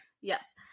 Yes